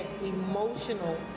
emotional